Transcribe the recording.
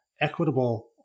equitable